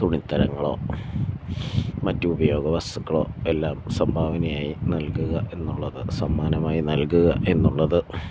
തുണിത്തരങ്ങളോ മറ്റു ഉപയോഗ വസ്തുക്കളോ എല്ലാം സംഭാവനയായി നൽകുക എന്നുള്ളത് സമ്മാനമായി നൽകുക എന്നുള്ളത്